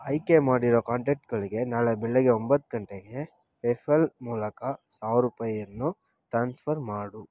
ಆಯ್ಕೆ ಮಾಡಿರೋ ಕಾಂಟ್ಯಾಕ್ಟ್ಗಳಿಗೆ ನಾಳೆ ಬೆಳಿಗ್ಗೆ ಒಂಬತ್ತು ಗಂಟೆಗೆ ಪೇಫಲ್ ಮೂಲಕ ಸಾವಿರ ರೂಪಾಯಿ ಅನ್ನು ಟ್ರಾನ್ಸ್ಫರ್ ಮಾಡು